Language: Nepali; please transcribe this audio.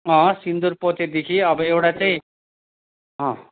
अँ सिन्दुर पोतेदेखि अब एउटा चाहिँ अँ